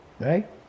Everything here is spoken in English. Right